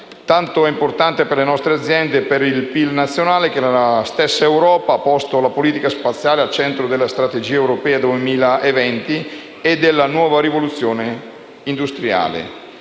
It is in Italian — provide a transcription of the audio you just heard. politica spaziale per le nostre aziende e per il PIL nazionale, che la stessa Europa l'ha posta al centro della strategia europea 2020 e della nuova rivoluzione industriale.